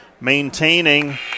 maintaining